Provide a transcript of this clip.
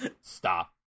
Stop